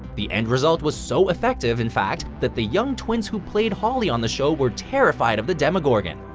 the end result was so effective, in fact, that the young twins who played holly on the show were terrified of the demogorgon.